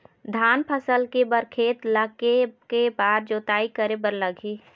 धान फसल के बर खेत ला के के बार जोताई करे बर लगही?